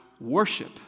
worship